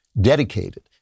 dedicated